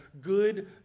good